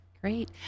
great